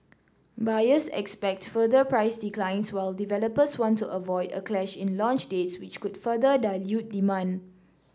buyers expect further price declines while developers want to avoid a clash in launch dates which could further dilute demand